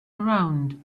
around